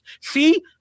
see